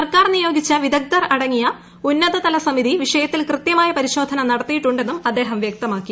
സർക്കാർ നിയോഗിച്ച വിദഗ്ധർ അടങ്ങിയ ഉന്നതതല സമിതി വിഷയത്തിൽ കൃതൃമായ പരിശോധന നടത്തിയിട്ടുണ്ടെന്നും അദ്ദേഹം വ്യക്തമാക്കി